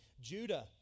Judah